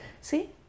See